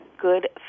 good